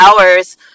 hours